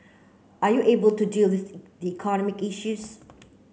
are you able to deal with economic issues